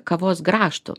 kavos grąžtu